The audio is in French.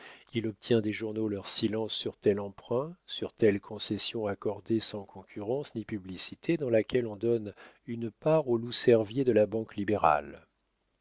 il obtient des journaux leur silence sur tel emprunt sur telle concession accordés sans concurrence ni publicité dans laquelle on donne une part aux loups cerviers de la banque libérale